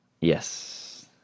Yes